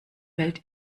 welt